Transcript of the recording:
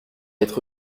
être